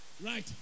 Right